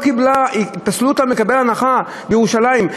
פסלו אותה מלקבל הנחה בירושלים.